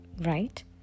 right